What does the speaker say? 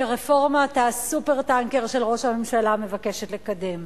של רפורמת ה"סופר-טנקר" שראש הממשלה מבקש לקדם.